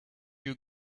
you